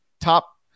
top